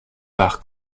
par